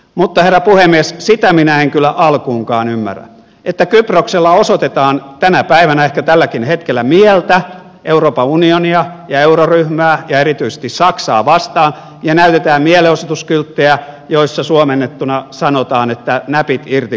mutta herra puhemies sitä minä en kyllä alkuunkaan ymmärrä että kyproksella osoitetaan tänä päivänä ehkä tälläkin hetkellä mieltä euroopan unionia ja euroryhmää ja erityisesti saksaa vastaan ja näytetään mielenosoituskylttejä joissa suomennettuna sanotaan että näpit irti kyproksesta